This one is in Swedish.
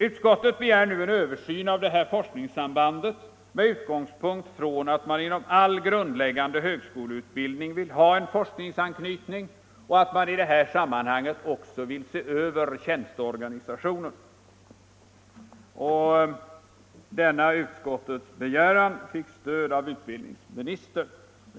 Utskottet begär nu en översyn av det här forskningssambandet med utgångspunkt i att man inom all grundläggande högskoleutbildning vill ha en forskningsanknytning och att man i det sammanhanget också vill se över tjänsteorganisationen. Denna utskottets begäran fick stöd av utbildningsministern.